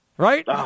Right